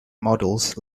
models